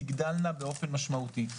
תגדלנה באופן משמעותי.